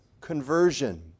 conversion